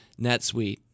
NetSuite